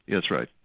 that's right.